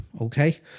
okay